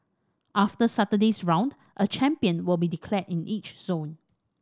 after Saturday's round a champion will be declared in each zone